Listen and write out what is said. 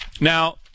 Now